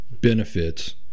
benefits